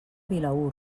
vilaür